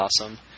awesome